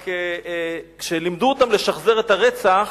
רק, כשלימדו אותם לשחזר את הרצח,